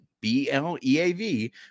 B-L-E-A-V